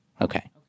Okay